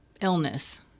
illness